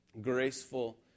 graceful